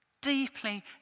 Deeply